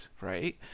right